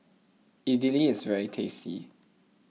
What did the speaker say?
Idili is very tasty